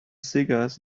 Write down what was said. cigars